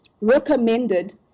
recommended